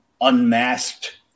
unmasked